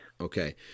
Okay